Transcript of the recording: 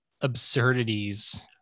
absurdities